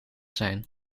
zijn